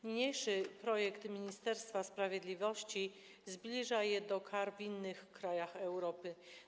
Niniejszy projekt Ministerstwa Sprawiedliwości zbliża je do kar w innych krajach Europy.